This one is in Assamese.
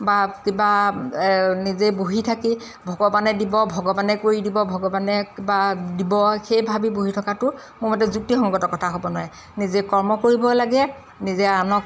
বা কিবা নিজে বহি থাকি ভগৱানে দিব ভগৱানে কৰি দিব ভগৱানে কিবা দিব সেই ভাবি বহি থকাটো মোৰ মতে যুক্তি সংগত কথা হ'ব নোৱাৰে নিজে কৰ্ম কৰিব লাগে নিজে আনক